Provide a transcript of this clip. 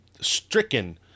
stricken